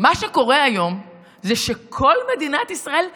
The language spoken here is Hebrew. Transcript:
מה שקורה היום זה שכל מדינת ישראל פתוחה: